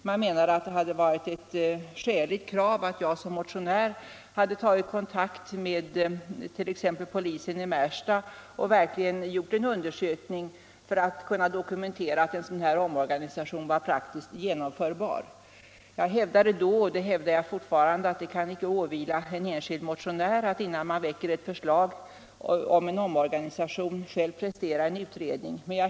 Man menade att det var ett skäligt krav att jag som motionär hade tagit kontakt med t.ex. polisen i Märsta och verkligen gjort en undersökning för att kunna dokumentera att en sådan här omorganisation var praktiskt genomförbar. Jag hävdade då och det gör jag fortfarande att det icke kan åvila en enskild motionär att innan man väcker ett förslag om en omorganisation själv prestera en utredning.